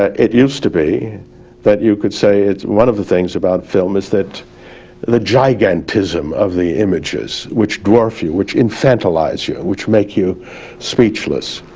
ah it used to be that you could say it's one of the things about film is that the gigantism of the images which dwarf you, which infantilize you, which make you speechless.